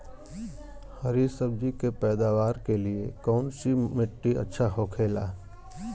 हरी सब्जी के पैदावार के लिए कौन सी मिट्टी अच्छा होखेला?